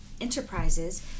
enterprises